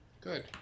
Good